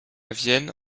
vienne